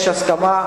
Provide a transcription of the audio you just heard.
יש הסכמה,